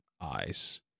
eyes